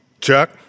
Chuck